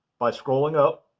by scrolling up,